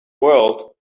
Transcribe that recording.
world